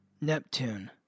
Neptune